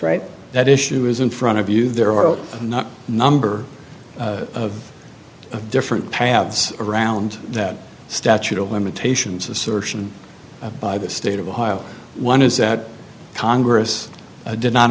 right that issue is in front of you there are not number of different paths around that statute of limitations assertion by the state of ohio one is that congress did not